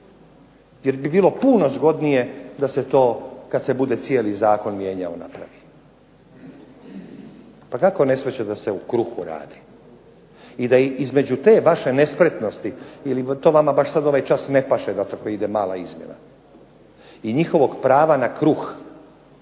jer bi bilo puno zgodnije da se to kad se bude cijeli zakon mijenjao napravi. Pa kako ne shvaćate da se o kruhu radi i da je između te vaše nespretnosti ili to vama baš sad ovaj čas ne paše da ide mala izmjena i njihovog prava na kruh